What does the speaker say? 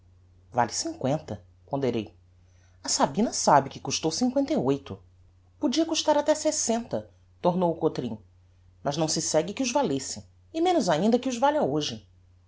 vale cincoenta ponderei a sabina sabe que custou cincoenta e oito podia custar até sessenta tornou o cotrim mas não se segue que os valesse e menos ainda que os valha hoje